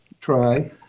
try